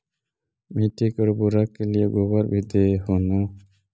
मिट्टी के उर्बरक के लिये गोबर भी दे हो न?